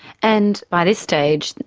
and by this stage,